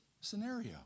scenario